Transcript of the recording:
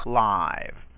live